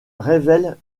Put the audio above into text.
révèle